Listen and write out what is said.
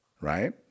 right